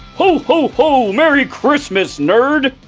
ho, ho, ho. merry christmas, nerd.